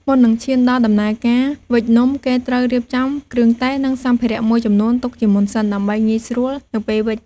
មុននឹងឈានដល់ដំណើរការវេចនំ គេត្រូវរៀបចំគ្រឿងទេស និងសម្ភារមួយចំនួនទុកជាមុនសិន ដើម្បីងាយស្រួលនៅពេលវេច។